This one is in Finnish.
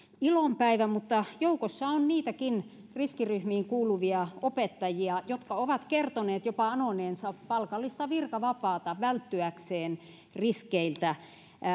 ilon päivä mutta joukossa on niitäkin riskiryhmiin kuuluvia opettajia jotka ovat kertoneet jopa anoneensa palkallista virkavapaata välttyäkseen riskeiltä